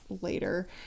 later